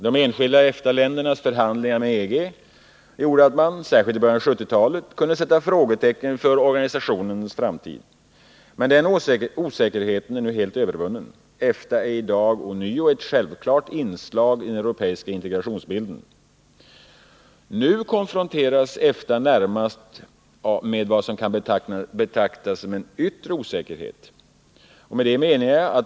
De enskilda EFTA-ländernas förhandlingar med EG gjorde att man, särskilt i början av 1970-talet, kunde sätta frågetecken för organisationens framtid. Men den osäkerheten är nu helt övervunnen. EFTA är i dag ånyo ett självklart inslag i den europeiska integrationsbilden. Nu konfronteras EFTA närmast med vad som kan betecknas som en yttre osäkerhet.